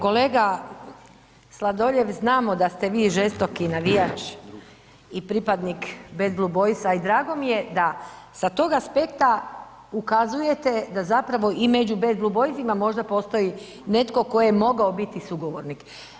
Kolega Sladoljev, znamo da ste vi žestoki navijač i pripadnika BBB-a i drago mi je da sa tog aspekta ukazujete da zapravo i među BBB-om možda postoji netko tko je mogao biti sugovornik.